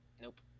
nope